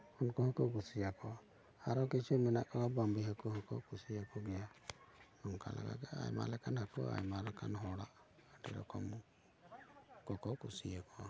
ᱩᱱᱠᱩ ᱦᱚᱸᱠᱚ ᱠᱩᱥᱤᱭᱟᱠᱚᱣᱟ ᱟᱨᱚ ᱠᱤᱪᱷᱩ ᱢᱮᱱᱟᱜ ᱠᱚᱣᱟ ᱵᱟᱺᱵᱤ ᱦᱟᱠᱩ ᱦᱚᱸᱠᱚ ᱠᱩᱥᱤᱭᱟᱠᱚ ᱜᱮᱭᱟ ᱚᱱᱠᱟ ᱞᱮᱠᱟᱜᱮ ᱟᱭᱢᱟ ᱞᱮᱠᱟᱱ ᱦᱟᱹᱠᱩ ᱟᱭᱢᱟ ᱞᱮᱠᱟᱱ ᱦᱚᱲ ᱟᱹᱰᱤ ᱨᱚᱠᱚᱢ ᱦᱟᱹᱠᱩ ᱠᱚ ᱠᱩᱥᱤᱭᱟᱠᱚᱣᱟ